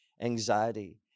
anxiety